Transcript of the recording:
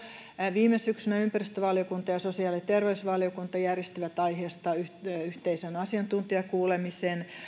viime syksynä ympäristövaliokunta ja sosiaali ja terveysvaliokunta järjestivät aiheesta yhteisen asiantuntijakuulemisen